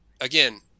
Again